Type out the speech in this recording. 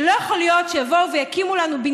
שלא יכול להיות שיבואו ויקימו לנו עכשיו